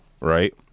Right